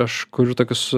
aš kuriu tokius